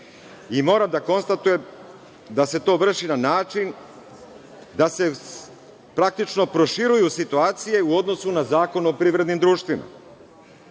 moram da konstatujem da se to vrši na način da se praktično proširuju situacije u odnosu na Zakon o privrednim društvima.